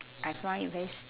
I find it very s~